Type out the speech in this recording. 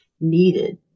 needed